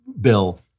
bill